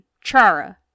Chara